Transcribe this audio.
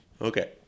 Okay